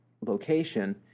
location